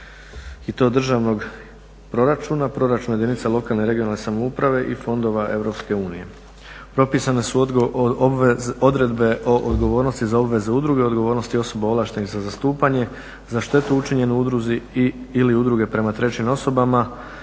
i to državnog proračuna, proračuna jedinica lokalne i regionalne samouprave i fondova EU. Propisane su odredbe o odgovornosti za obveze udruge, odgovornosti osoba ovlaštenih za zastupanje, za štetu učinjenu udruzi ili udruge prema trećim osobama